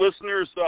listeners